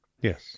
Yes